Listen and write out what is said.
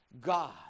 God